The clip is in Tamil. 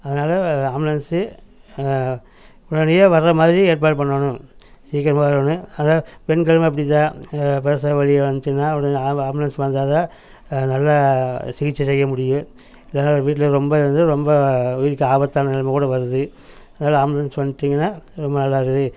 அதனால் ஆம்புலன்ஸு முன்னாடியே வர்ற மாதிரி ஏற்பாடு பண்ணணும் சீக்கிரமா வரணும் அதனால் பெண்களும் அப்படி தான் பிரசவ வலி வந்துடுச்சுன்னா உடனே ஆம் ஆம்புலன்ஸ் வந்தால் தான் நல்லா சிகிச்சை செய்ய முடியும் இல்லைன்னா வீட்டுலையே ரொம்ப இருந்து ரொம்ப உயிருக்கு ஆபத்தான நெலமை கூட வருது அதனால் ஆம்புலன்ஸ் வந்துட்டிங்கன்னா ரொம்ப நல்லா இருக்குது